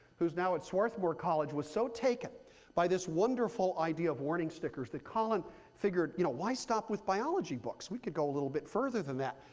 who's now at swarthmore college, was so taken by this wonderful idea of warning stickers, the colin figured you know why stop with biology books? we could go a little bit further than that.